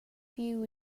view